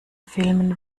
filmen